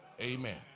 amen